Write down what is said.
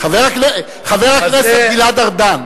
חבר הכנסת גלעד ארדן,